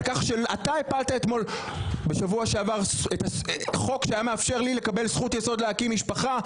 אתה הפלת בשבוע שעבר את החוק שהיה מאפשר לי לקבל זכות יסוד להקים משפחה.